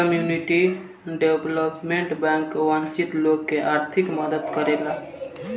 community development bank वंचित लोग के आर्थिक मदद करेला